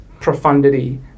profundity